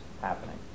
happening